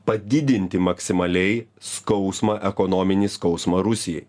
padidinti maksimaliai skausmą ekonominį skausmą rusijai